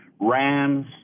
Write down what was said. Rams